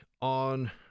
on